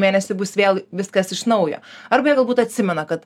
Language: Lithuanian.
mėnesį bus vėl viskas iš naujo arba jie galbūt atsimena kad